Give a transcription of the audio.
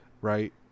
right